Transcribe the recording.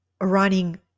running